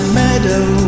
meadow